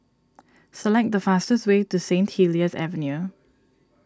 select the fastest way to Saint Helier's Avenue